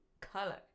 Color